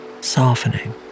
softening